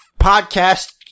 podcast